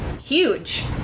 huge